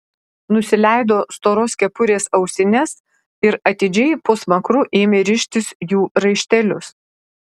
nusileido storos kepurės ausines ir atidžiai po smakru ėmė rištis jų raištelius